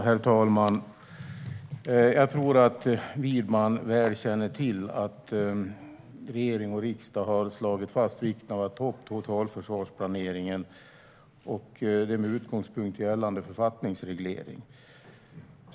Herr talman! Jag tror att Widman väl känner till att regering och riksdag har slagit fast vikten av totalförsvarsplaneringen, och detta med utgångspunkt i gällande författningsreglering.